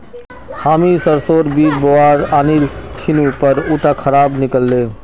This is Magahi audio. हामी सरसोर बीज बोवा आनिल छिनु पर उटा खराब निकल ले